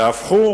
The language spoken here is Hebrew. הפכו